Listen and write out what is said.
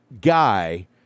guy